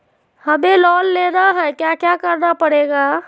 हमें लोन लेना है क्या क्या करना पड़ेगा?